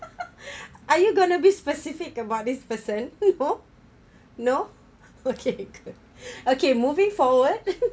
are you going to be specific about this person no no okay good okay moving forward